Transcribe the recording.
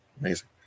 amazing